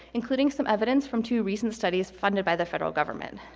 including some evidence from two recent studies funded by the federal government.